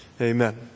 Amen